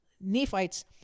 Nephites